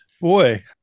Boy